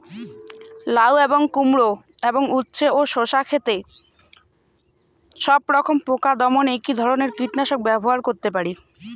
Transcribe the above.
লাউ এবং কুমড়ো এবং উচ্ছে ও শসা ক্ষেতে সবরকম পোকা দমনে কী ধরনের কীটনাশক ব্যবহার করতে পারি?